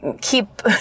keep